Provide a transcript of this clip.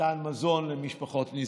במתן מזון למשפחות נזקקות.